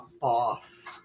boss